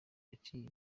yaciye